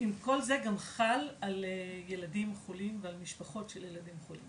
וכל זה גם חל על ילדים חולים ועל המשפחות של ילדים חולים